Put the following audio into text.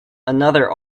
another